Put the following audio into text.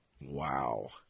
Wow